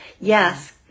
Yes